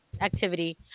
activity